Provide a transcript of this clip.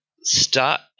start